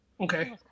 Okay